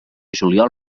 juliol